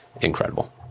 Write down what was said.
incredible